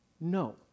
No